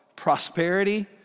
prosperity